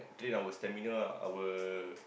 train our stamina our